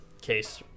case